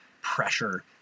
pressure